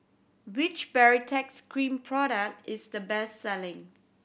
which Baritex Cream product is the best selling